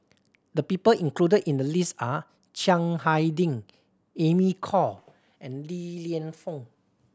the people included in the list are Chiang Hai Ding Amy Khor and Li Lienfung